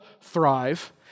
Thrive